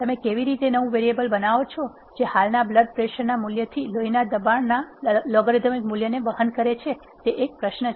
તમે કેવી રીતે નવું વેરીએબલ બનાવો છો જે હાલના બ્લડ પ્રેશર મૂલ્યથી લોહીના દબાણના લોગરીધમ મૂલ્યને વહન કરે છે તે એક પ્રશ્ન છે